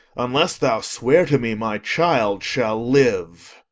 unless thou swear to me my child shall live.